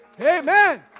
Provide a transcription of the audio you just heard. Amen